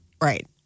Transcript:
Right